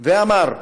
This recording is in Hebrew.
ואמר: